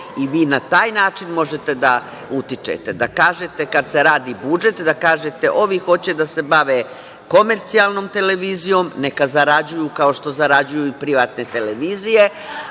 i vi na taj način možete da utičete, da kažete kada se radi budžet, da kažete – ovi hoće da se bave komercijalnom televizijom, neka zarađuju kao što zarađuju i privatne televizije,